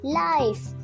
life